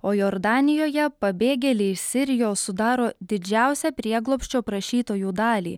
o jordanijoje pabėgėliai iš sirijos sudaro didžiausią prieglobsčio prašytojų dalį